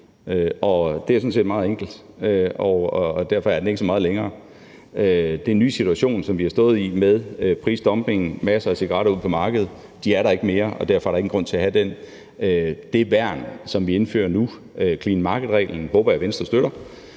Det er sådan set meget enkelt, og derfor er den ikke så meget længere. Det er en ny situation, som vi har stået i med prisdumping og masser af cigaretter ude på markedet, men de er der ikke mere, og derfor er der ingen grund til at have den. Det værn, som vi indfører nu, clean market-reglen, som jeg håber Venstre støtter,